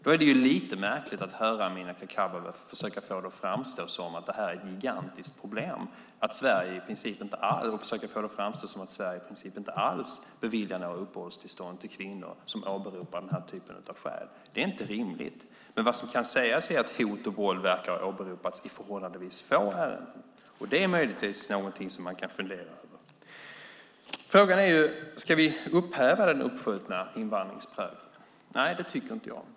Då är det lite märkligt att höra Amineh Kakabaveh försöka få det att framstå som att detta är ett gigantiskt problem och att Sverige i princip inte alls beviljar några uppehållstillstånd till kvinnor som åberopar denna typ av skäl. Det är inte rimligt. Men vad som kan sägas är att hot och våld verkar ha åberopats i förhållandevis få ärenden, och det är möjligtvis någonting som man kan fundera över. Frågan är: Ska vi upphäva den uppskjutna invandringsprövningen? Nej, det tycker inte jag.